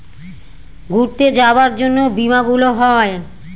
ঘুরতে যাবার জন্য বীমা গুলো হয়